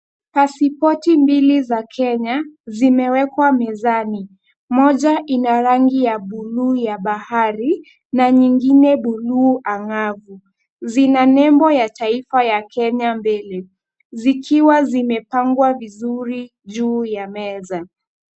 Pasipoti mbili za Kenya zimewekwa mezani moja ina rangi ya buluu ya bahari na nyinyine buluu angavu. Zina nembo ya taifa ya Kenya mbele zikiwa zimepangwa vizuri juu ya meza.